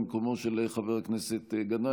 2020,